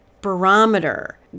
barometer